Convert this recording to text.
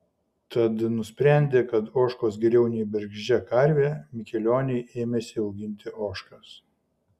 tad nusprendę kad ožkos geriau nei bergždžia karvė mikelioniai ėmėsi auginti ožkas